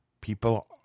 People